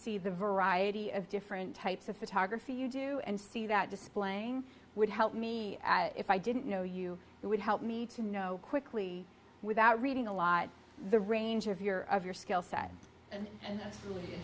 see the variety of different types of photography you do and see that displaying would help me if i didn't know you it would help me to know quickly without reading a lot the range of your of your skill set and that's really